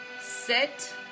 sit